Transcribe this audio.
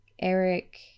Eric